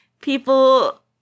people